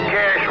Cash